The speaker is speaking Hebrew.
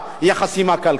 היחסים הכלכליים.